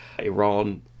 Iran